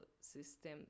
system